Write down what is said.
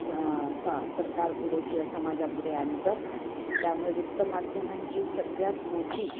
स स सरकारप पुढे किंवा समाजापुढे आणतं त्यामुळे वृत्तमाध्यमांची सगळ्यात मोठी